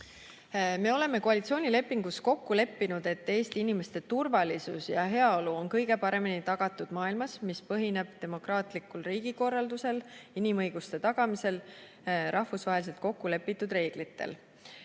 Me oleme koalitsioonilepingus kokku leppinud, et Eesti inimeste turvalisus ja heaolu on kõige paremini tagatud maailmas, mis põhineb demokraatlikul riigikorraldusel, inimõiguste tagamisel, rahvusvaheliselt kokkulepitud reeglitel.